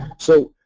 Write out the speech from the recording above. so